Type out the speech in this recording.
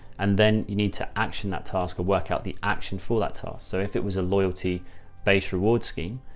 and then you need to action that task or work out the action for that task. so if it was a loyalty based rewards scheme,